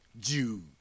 Jude